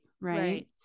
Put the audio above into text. Right